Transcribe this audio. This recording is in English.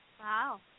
Wow